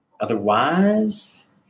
Otherwise